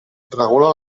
regula